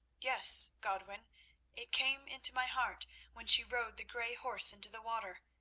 yes, godwin it came into my heart when she rode the grey horse into the water,